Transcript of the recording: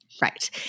Right